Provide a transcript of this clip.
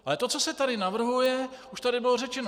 Ale to, co se tady navrhuje už tady bylo řečeno.